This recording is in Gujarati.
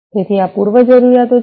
તેથી આ પૂર્વજરૂરીયાતો છે